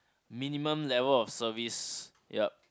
minimum level of service yup